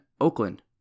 Oakland